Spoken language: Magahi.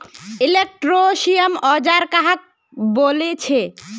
इलेक्ट्रीशियन औजार कहाक बोले छे?